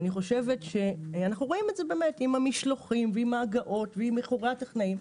אנחנו רואים את זה עם המשלוחים ועם ההגעות ועם איחורי הטכנאים,